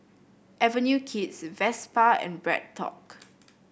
Avenue Kids Vespa and BreadTalk